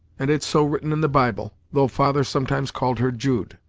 and it's so written in the bible, though father sometimes called her jude.